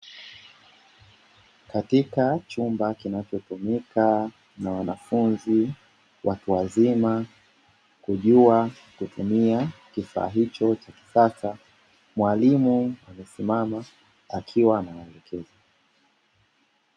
Katika chumba kinachotumika na wanafunzi watu wazima kujua kutumia kifaa hicho cha kisasa, mwalimu amesimama akiwa anawaelekeza.